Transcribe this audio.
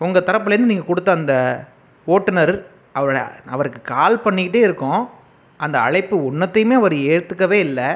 உங்கள் தரப்புலயிருந்து நீங்கள் கொடுத்த அந்த ஓட்டுநர் அவருட அவருக்கு கால் பண்ணிகிட்டே இருக்கோம் அந்த அழைப்பு ஒண்ணுத்தையுமே அவர் ஏத்துக்கவே இல்லை